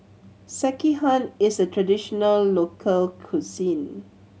sekihan is a traditional local cuisine